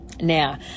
Now